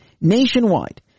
Nationwide